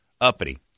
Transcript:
uppity